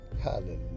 Hallelujah